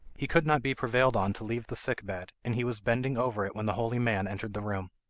he could not be prevailed on to leave the sick bed, and he was bending over it when the holy man entered the room.